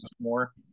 more